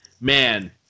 man